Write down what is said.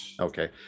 Okay